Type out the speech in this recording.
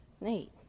Neat